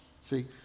See